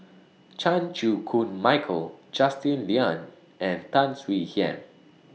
Chan Chew Koon Michael Justin Lean and Tan Swie Hian